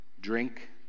drink